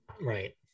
Right